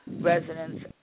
residents